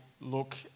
look